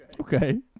Okay